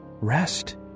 rest